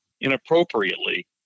inappropriately